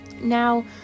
Now